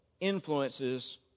influences